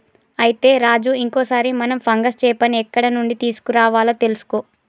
అయితే రాజు ఇంకో సారి మనం ఫంగస్ చేపని ఎక్కడ నుండి తీసుకురావాలో తెలుసుకో